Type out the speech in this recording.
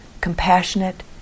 compassionate